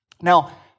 Now